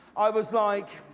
i was, like,